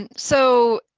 and so,